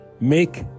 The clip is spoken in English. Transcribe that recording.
Make